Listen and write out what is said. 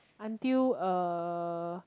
until uh